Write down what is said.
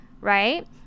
right